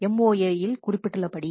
MoA இல் குறிப்பிடப்பட்டுள்ளபடி